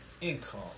income